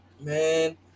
man